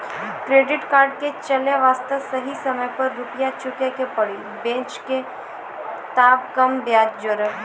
Credit card के चले वास्ते सही समय पर रुपिया चुके के पड़ी बेंच ने ताब कम ब्याज जोरब?